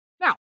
Now